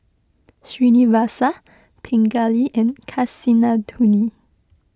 Srinivasa Pingali and Kasinadhuni